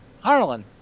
Harlan